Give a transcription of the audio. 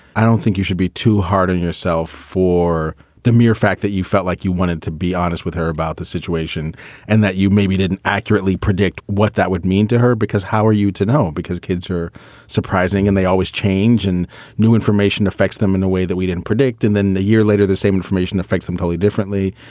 i don't think you should be too hard on yourself for the mere fact that you felt like you wanted to be honest with her about the situation and that you maybe didn't accurately predict what that would mean to her. because how are you to know? because kids are surprising and they always change and new information affects them in a way that we didn't predict. and then a year later, the same information affects them totally differently.